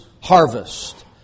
harvest